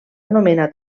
anomena